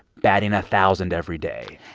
batting a thousand every day?